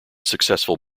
successful